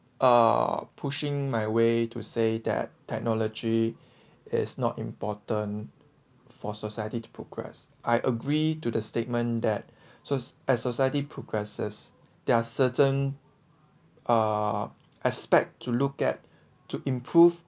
uh pushing my way to say that technology is not important for society to progress I agree to the statement that so as society progresses there are certain err aspect to look at to improve